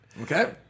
Okay